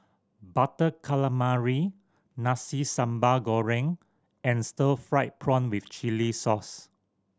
Butter Calamari Nasi Sambal Goreng and stir fried prawn with chili sauce